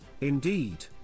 indeed